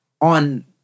on